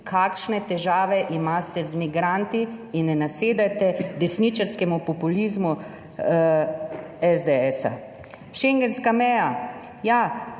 kakšne težave imate z migranti in ne nasedajte desničarskemu populizmu SDS. Schengenska meja, ja,